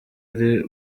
uri